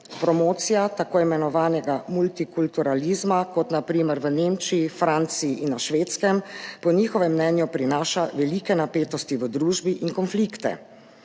Promocija tako imenovanega multikulturalizma, kot na primer v Nemčiji, Franciji in na Švedskem, po njihovem mnenju prinaša velike napetosti in konflikte